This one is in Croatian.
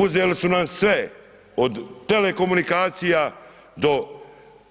Uzeli su nam sve, od telekomunikacija do